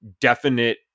definite